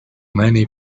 many